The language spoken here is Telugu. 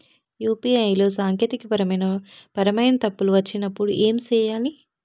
యు.పి.ఐ లో సాంకేతికపరమైన పరమైన తప్పులు వచ్చినప్పుడు ఏమి సేయాలి